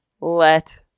let